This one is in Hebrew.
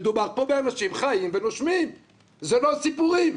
מדובר פה באנשים חיים ונושמים, זה לא סיפורים.